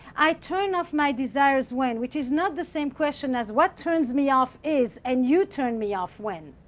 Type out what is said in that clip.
i turn off my desires when. which is not the same question as, what turns me off is. and you turn me off when.